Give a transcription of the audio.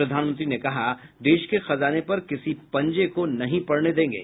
प्रधानमंत्री ने कहा देश के खजाने पर किसी पंजे को नहीं पड़ने देंगे